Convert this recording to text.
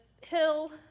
hill